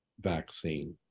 vaccine